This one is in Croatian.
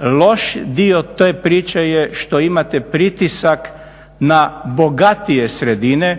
Loš dio te priče je što imate pritisak na bogatije sredine.